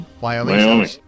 Wyoming